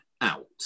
out